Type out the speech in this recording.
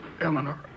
Eleanor